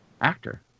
actor